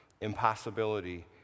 impossibility